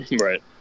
Right